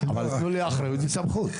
אבל תנו לי אחריות וסמכות.